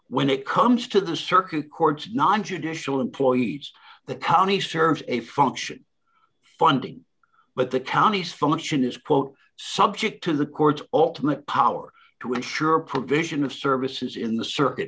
when it comes to the circuit court's nontraditional employees the county serves a function funding but the county's function is quote subject to the court's ultimate power to ensure provision of services in the circuit